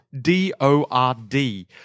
D-O-R-D